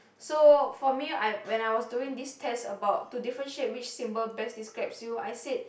so for me I when I was doing this test about to differentiate which symbol best describes you I said